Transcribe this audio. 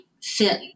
fit